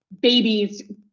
babies